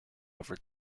over